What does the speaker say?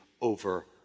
over